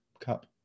cup